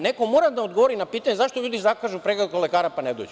Neko mora da odgovori na pitanje, zašto ljudi zakažu pregled kod lekara pa ne dođu.